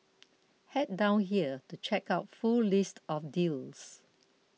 head down here to check out full list of deals